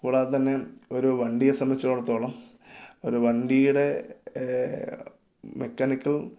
കൂടാതെ തന്നെ ഒരു വണ്ടിയെ സംബന്ധിച്ചേടത്തോളം ഒരു വണ്ടിയുടെ മെക്കാനിക്കൽ